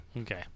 Okay